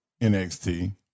NXT